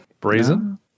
Brazen